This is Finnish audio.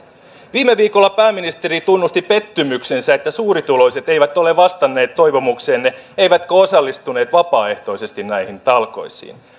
viime viikolla pääministeri tunnusti pettymyksensä että suurituloiset eivät ole vastanneet toivomukseenne eivätkä osallistuneet vapaaehtoisesti näihin talkoisiin